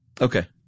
Okay